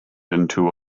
into